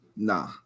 Nah